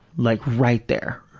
like right there.